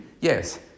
yes